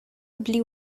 blue